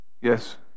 Yes